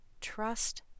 Trust